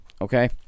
okay